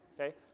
Okay